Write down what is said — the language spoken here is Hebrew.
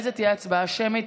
תהיה הצבעה שמית.